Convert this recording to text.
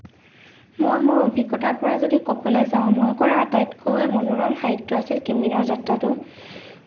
মই মোৰ অভিজ্ঞতাৰ পৰা যদি ক'বলৈ যাওঁ মই কৰা আটাইতকৈ মনোৰম হাইকটো আছিল কিমিনৰ যাত্ৰাটো